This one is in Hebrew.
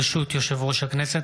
ברשות יושב-ראש הכנסת,